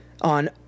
on